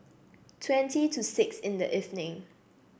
twenty to six in the evening